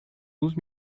douze